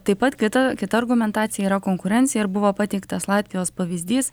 taip pat kita kita argumentacija yra konkurencija ir buvo pateiktas latvijos pavyzdys